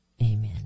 Amen